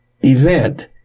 event